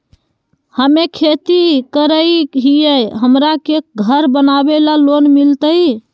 हमे खेती करई हियई, हमरा के घर बनावे ल लोन मिलतई?